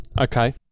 Okay